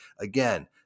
Again